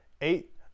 eight